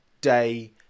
day